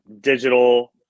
digital